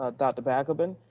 ah dr. balgobin,